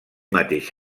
mateix